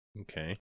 Okay